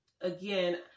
again